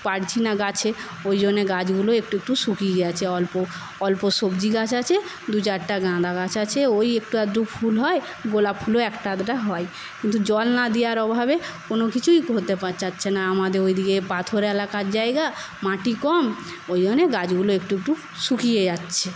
পারছি না গাছে ওই জন্যে গাছগুলি একটু একটু শুকিয়ে গেছে অল্প অল্প সবজি গাছ আছে দুচারটা গাঁদা গাছ আছে ওই একটু আধটু ফুল হয় গোলাপ ফুলও একটা আধটা হয় কিন্তু জল না দেওয়ার অভাবে কোনো কিছুই হতে চাচ্ছে না আমাদের ওইদিকে পাথর এলাকার জায়গা মাটি কম ওইজন্যে গাছগুলো একটু একটু শুকিয়ে যাচ্ছে